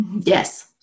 Yes